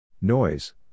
Noise